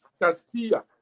Castilla